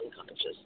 unconscious